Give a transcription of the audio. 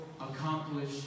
accomplish